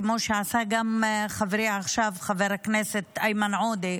כמו שעשה עכשיו גם חברי חבר הכנסת איימן עודה,